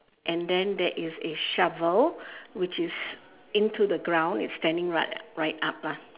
and then there is a shovel which is into the ground it's standing right right up lah